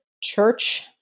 church